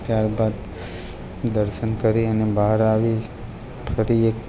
ત્યારબાદ દર્શન કરી અને બહાર આવી ફરી એક